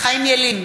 חיים ילין,